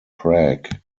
prague